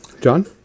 John